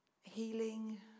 healing